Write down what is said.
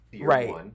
Right